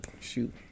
shoot